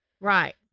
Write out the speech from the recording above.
Right